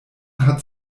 hat